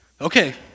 Okay